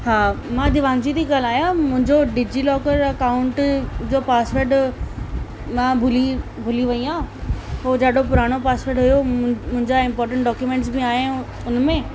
हा मां देवांशी थी ॻाल्हायां मुंहिंजो डिजीलॉकर अकाउंट जो पासवड मां भुली भुली वई आहियां उहो ॾाढो पुराणो पासवड हुओ मुंहिंजा इम्पोर्टेंट डोक्यूमेंट्स बि आहिनि उन में